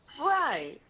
Right